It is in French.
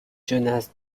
jonas